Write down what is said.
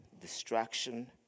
distraction